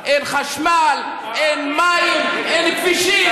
לא, אל תדבר על פלישה.